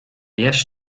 dheis